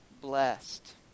blessed